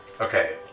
Okay